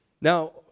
Now